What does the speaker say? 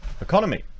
economy